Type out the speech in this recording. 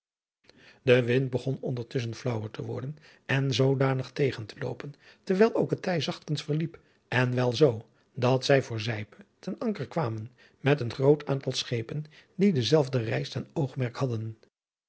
de wind begon ondertusschen flaauwer te worden en zoodanig tegen te loopen terwijl ook het tij zachtkens verliep en wel zoo dat zij voor zijpe ten anker kwamen met een groot aantal schepen die dezelfde reis ten oogmerk hadden